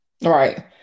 Right